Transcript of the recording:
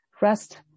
rest